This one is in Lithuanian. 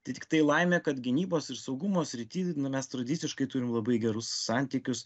tai tiktai laimė kad gynybos ir saugumo srity nu mes tradiciškai turim labai gerus santykius